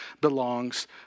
belongs